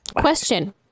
question